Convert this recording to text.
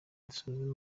dusuzume